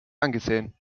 angesehen